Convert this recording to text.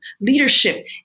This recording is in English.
leadership